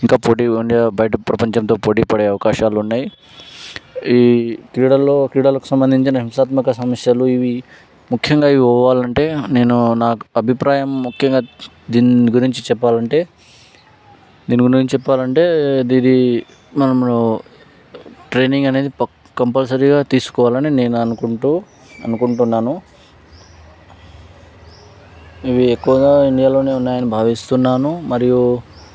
ఇంకా పోటీ అంటే బయట ప్రపంచంతో పోటీపడే అవకాశాలు ఉన్నాయి ఈ క్రీడల్లో క్రీడలకు సంబంధించిన హింసాత్మక సమస్యలు ఇవి ముఖ్యంగా ఇవి పోవాలంటే నేను నాకు అభిప్రాయం ముఖ్యంగా దీని గురించి చెప్పాలంటే దీని గురించి చెప్పాలంటే ఇది మనము ట్రైనింగ్ అనేది కంపల్సరీగా తీసుకోవాలని అని అనుకుంటూ అనుకుంటున్నాను ఇవి ఎక్కువగా ఇండియాలోనే ఉన్నాయని భావిస్తున్నాను మరియు